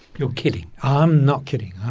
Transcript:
you're kidding! i'm not kidding.